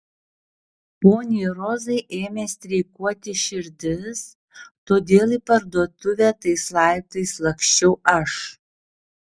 poniai rozai ėmė streikuoti širdis todėl į parduotuvę tais laiptais laksčiau aš